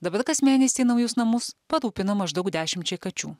dabar kas mėnesį naujus namus parūpina maždaug dešimčiai kačių